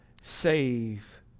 save